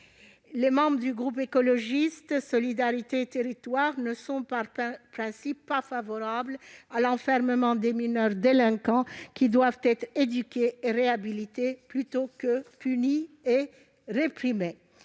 Les membres du groupe Écologiste - Solidarité et Territoires ne sont, par principe, pas favorables à l'enfermement des mineurs délinquants, qui doivent être éduqués, réhabilités plutôt que punis et réprimés.